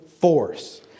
force